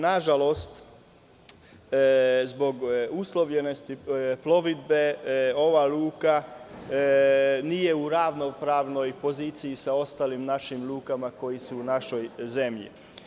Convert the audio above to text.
Nažalost, zbog uslovljenosti plovidbe ova luka nije u ravnopravnoj poziciji sa ostalim našim lukama koje su u našoj zemlji.